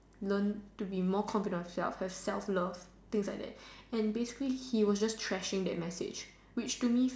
learn to be more confident in yourself there's self love things like that and basically he was just trashing that message which to me